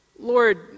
Lord